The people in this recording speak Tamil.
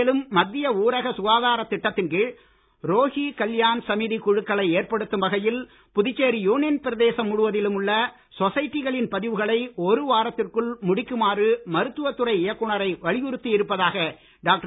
மேலும் மத்திய ஊரக சுகாதாரத் திட்டத்தின் கீழ் ரோகி கல்யாண் சமிதி குழுக்களை ஏற்படுத்தும் வகையில் புதுச்சேரி யூனியன் பிரதேசம் முழுவதிலும் உள்ள சொசைட்டிகளின் பதிவுகளை ஒரு வாரத்திற்குள் முடிக்குமாறு மருத்துவத் துறை இயக்குனரை வலியுறுத்தி இருப்பதாக டாக்டர்